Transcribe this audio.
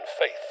faith